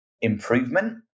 improvement